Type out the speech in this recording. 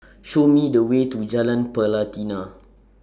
Show Me The Way to Jalan Pelatina